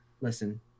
listen